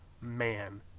man